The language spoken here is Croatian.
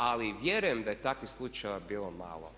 Ali vjerujem da je takvih slučajeva bilo malo.